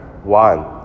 one